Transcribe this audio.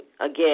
again